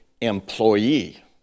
employee